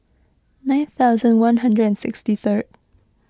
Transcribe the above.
nine thousand one hundred and sixty third